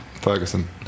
Ferguson